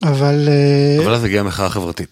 אבל אה... אבל אז הגיעה מחאה חברתית.